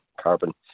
Carbon